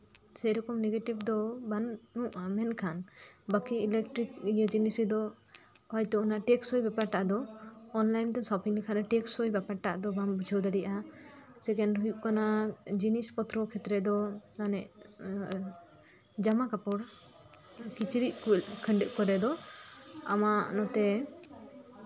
ᱥᱮᱨᱚᱠᱚᱢ ᱱᱮᱜᱮᱴᱤᱵᱷ ᱫᱚ ᱵᱟᱹᱱᱩᱜᱼᱟ ᱢᱮᱱᱠᱷᱟᱱ ᱵᱟᱹᱠᱤ ᱤᱞᱮᱠᱴᱨᱤᱠ ᱤᱭᱟᱹ ᱡᱤᱱᱤᱥ ᱨᱮᱫᱚ ᱦᱚᱭᱛᱚ ᱚᱱᱟ ᱴᱮᱠᱥᱚᱭ ᱵᱮᱯᱟᱨ ᱴᱟᱜ ᱫᱚ ᱚᱱᱞᱟᱭᱤᱱ ᱛᱮᱢ ᱥᱚᱯᱤᱝ ᱞᱮᱠᱷᱟᱱ ᱫᱚ ᱚᱱᱟ ᱴᱮᱠᱥᱚᱭ ᱵᱚᱯᱟᱨ ᱴᱟᱜ ᱫᱚ ᱵᱟᱢ ᱵᱩᱡᱷᱟᱹᱣ ᱫᱟᱲᱮᱭᱟᱜᱼᱟ ᱥᱮᱠᱮᱱᱰ ᱦᱩᱭᱩᱜ ᱠᱟᱱᱟ ᱡᱤᱱᱤᱥ ᱯᱛᱨᱚ ᱠᱷᱮᱛᱨᱮ ᱫᱚ ᱟᱱᱮ ᱡᱟᱢᱟᱼᱠᱟᱯᱚᱲ ᱠᱤᱪᱨᱤᱡᱽᱼᱠᱷᱟᱺᱰᱣᱟᱹᱜ ᱠᱚᱨᱮ ᱫᱚ ᱟᱢᱟᱜ ᱱᱚᱛᱮ